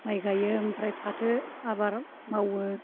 माइ गायो ओमफ्राय फाथो आबाद मावो